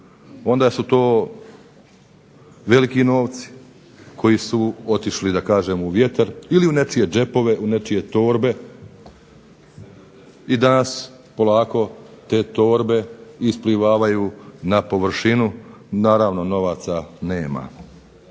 onda su to veliki novci koji su otišli da kažem u vjetar ili u nečije džepove u nečije torbe i danas polako te torbe isplivavaju na površinu. Naravno novaca nema,